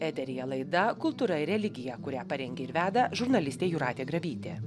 eteryje laida kultūra ir religija kurią parengė ir veda žurnalistė jūratė grabytė